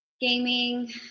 gaming